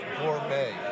gourmet